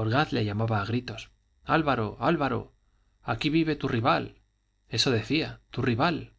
orgaz le llamaba a gritos álvaro álvaro aquí vive tu rival eso decía tu rival